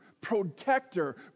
Protector